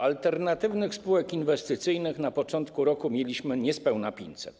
Alternatywnych spółek inwestycyjnych na początku roku mieliśmy niespełna 500.